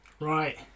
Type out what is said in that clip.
Right